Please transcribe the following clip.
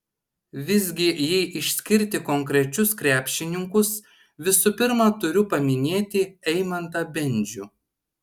visgi jei išskirti konkrečius krepšininkus visų pirma turiu paminėti eimantą bendžių